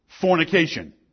Fornication